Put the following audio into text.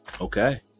okay